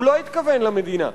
הוא לא התכוון למדינה.